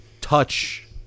touch